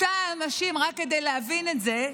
רק כדי להבין את זה,